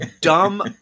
dumb